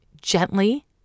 gently